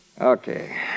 Okay